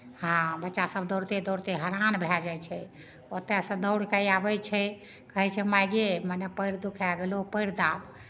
आ बच्चासभ दौड़िते दौड़िते हरान भए जाइ छै ओतयसँ दौड़ि कऽ आबै छै कहै छै माय गे मने पएर दुखाए गेलहु पएर दाब